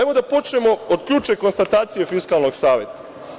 Evo, da počnemo od ključne konstatacije Fiskalnog saveta.